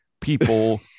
People